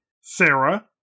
Sarah